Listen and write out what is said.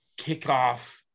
kickoff